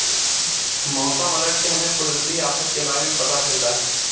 मौसम अलर्ट से हमें कुदरती आफत के बारे में पता चलता है